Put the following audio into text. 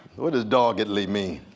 what does doggedly mean?